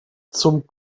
zum